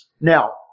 Now